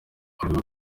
avuga